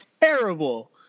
terrible